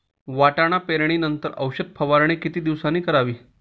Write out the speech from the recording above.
वाटाणा पेरणी नंतर औषध फवारणी किती दिवसांनी करावी?